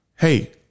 hey